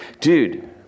dude